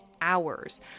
hours